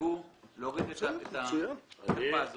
ידאגו לבטל את החרפה הזאת.